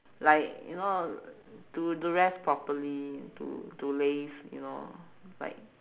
like you know to to rest properly to to laze you know like